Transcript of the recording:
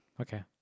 Okay